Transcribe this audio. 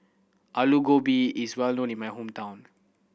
Alu Gobi is well known in my hometown